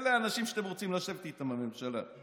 אלה האנשים שאתם רוצים לשבת איתם בממשלה.